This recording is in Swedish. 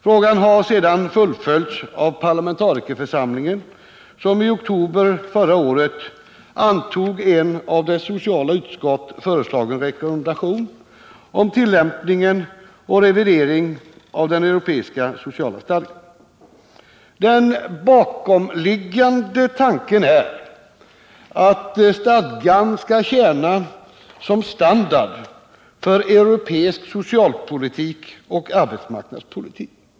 Frågan har sedan fullföljts av parlamentarikerförsamlingen, som i oktober förra året antog en av dess sociala utskott föreslagen rekommendation om tillämpning och revidering av den europeiska sociala stadgan. Den bakomliggande tanken är att stadgan skall tjäna som en standard för europeisk socialpolitik och arbetsmarknadspolitik.